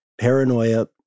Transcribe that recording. Paranoia